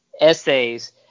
essays